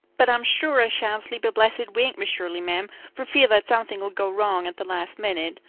but i'm sure i shan't sleep a blessed wink, miss shirley, ma'am, for fear that something'll go wrong at the last minute.